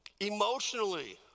Emotionally